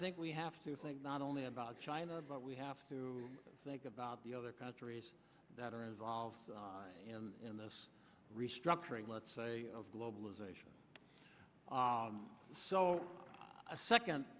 think we have to think not only about china but we have to think about the other countries that are involved in this restructuring let's say of globalization so a second